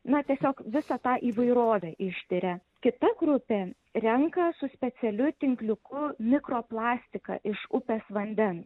na tiesiog visą tą įvairovę ištiria kita grupė renka su specialiu tinkliuku mikro plastiką iš upės vandens